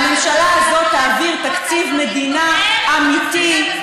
והממשלה הזאת תעביר תקציב מדינה אמיתי,